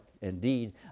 indeed